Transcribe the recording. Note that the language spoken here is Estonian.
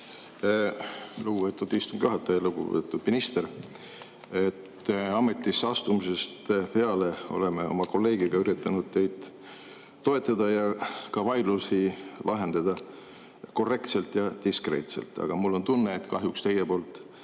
lugupeetud istungi juhataja! Lugupeetud minister! Ametisse astumisest peale oleme oma kolleegiga üritanud teid toetada ja ka vaidlusi lahendada korrektselt ja diskreetselt. Aga mul on tunne, et kahjuks teie